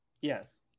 Yes